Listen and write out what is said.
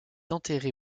enterré